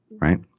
Right